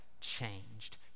changed